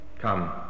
Come